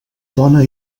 dona